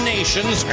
Nations